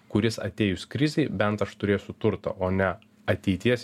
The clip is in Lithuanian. kuris atėjus krizei bent aš turėsiu turtą o ne ateities